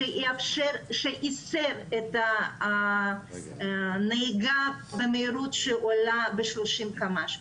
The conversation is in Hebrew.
את הנהיגה במהירות שעולה ב-30 קמ"ש.